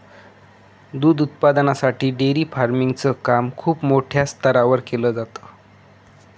दूध उत्पादनासाठी dairy farming च काम खूप मोठ्या स्तरावर केल जात